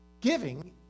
giving